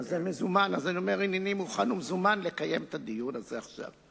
אז אני אומר: הנני מוכן ומזומן לקיים את הדיון הזה עכשיו,